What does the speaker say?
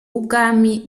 w’ubwami